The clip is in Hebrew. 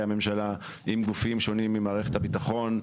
הממשלה עם גופים שונים עם מערכת הביטחון,